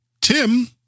tim